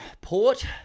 Port